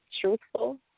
truthful